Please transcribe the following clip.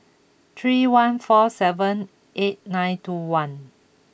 three one four seven eight nine two one